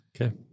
Okay